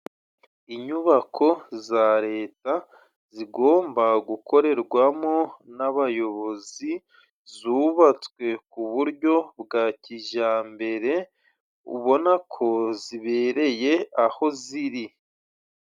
Inyubako za Leta, zigomba gukorerwamo n'abayobozi, zubatswe ku buryo bwa kijyambere, ubona ko zibereye aho ziri.